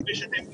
כפי שאתם יודעים,